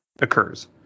occurs